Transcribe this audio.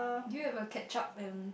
do you have a ketchup and